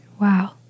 Wow